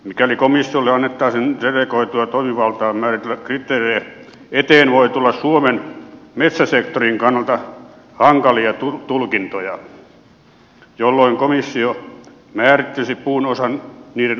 mikäli komissiolle annettaisiin delegoitua toimivaltaa määritellä kriteerejä eteen voi tulla suomen metsäsektorin kannalta hankalia tulkintoja jolloin komissio määrittelisi puun osan niiden arvon mukaan